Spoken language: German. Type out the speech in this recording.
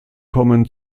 kommen